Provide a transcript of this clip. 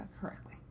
correctly